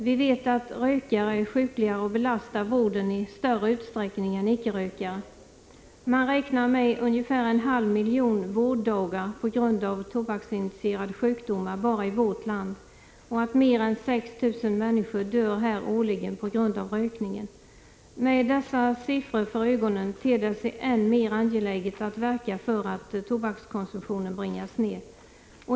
Vi vet att rökare är sjukligare och belastar vården i större utsträckning än icke-rökare. Man räknar med ungefär en halv miljon vårddagar på grund av tobaksinitierade sjukdomar bara i vårt land och att mer än 6 000 människor dör här årligen på grund av rökningen. Med dessa siffror för ögonen ter det sig än mer angeläget att verka för att tobakskonsumtionen bringas ned.